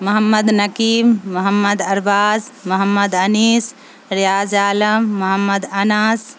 Muhammad Nakim Mohammed Arbaaz Mohammed Anees Riyaz Alam Mohammed Anas